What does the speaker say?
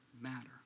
matter